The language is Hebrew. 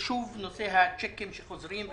הצ'קים שחוזרים,